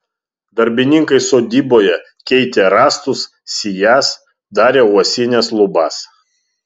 darbininkai sodyboje keitė rąstus sijas darė uosines lubas